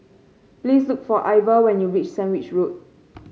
please look for Iver when you reach Sandwich Road